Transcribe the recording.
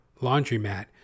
laundromat